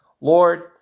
Lord